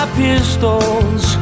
pistols